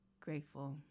grateful